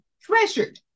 treasured